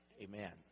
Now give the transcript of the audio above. amen